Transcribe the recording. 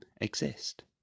exist